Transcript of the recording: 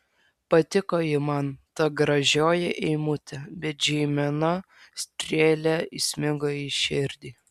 patiko ji man ta gražioji eimutė bet žeimena strėle įsmigo į širdį